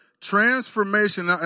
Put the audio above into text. transformation